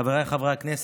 חבריי חברי הכנסת,